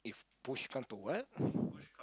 push come to what